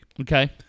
Okay